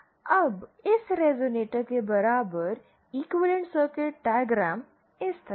अब इस रेज़ोनेटर के बराबर इक्विवेलेंट सर्किट डायग्राम इस तरह है